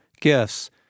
gifts